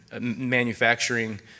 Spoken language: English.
manufacturing